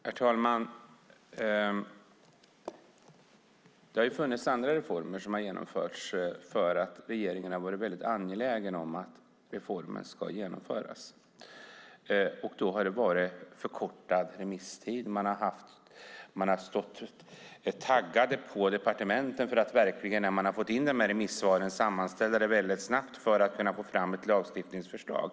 Herr talman! Det har funnits andra reformer som har genomförts för att regeringen har varit väldigt angelägen om att reformen ska genomföras. Då har det varit förkortad remisstid. Man har stått taggade på departementen för att när man har fått in remissvaren sammanställa dem väldigt snabbt och få fram ett lagstiftningsförslag.